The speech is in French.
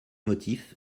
motifs